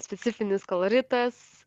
specifinis koloritas